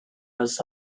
was